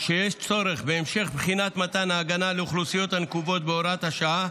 שיש צורך בהמשך בחינת מתן ההגנה על האוכלוסיות הנקובות בהוראת השעה,